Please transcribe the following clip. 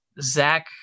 Zach